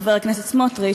חבר הכנסת סמוטריץ,